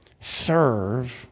serve